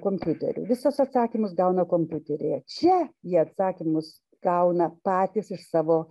kompiuteriu visus atsakymus gauna kompiuteryje čia jie atsakymus gauna patys iš savo